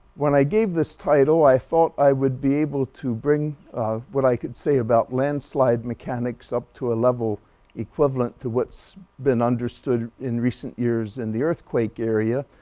when i gave this title i thought i would be able to bring what i could say about landslide mechanics up to a level equivalent to what's been understood in recent years in the earthquake area,